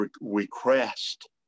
request